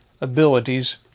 abilities